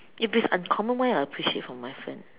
if it is uncommon why would I appreciate from my friend